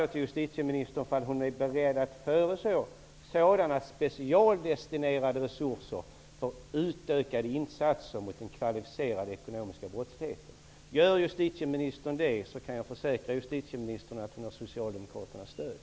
Jag frågade justitieministern om hon är beredd att föreslå sådana specialdestinerade resurser för utökade insatser mot den kvalificerade ekonomiska brottsligheten. Om justitieministern är det kan jag försäkra henne om att hon har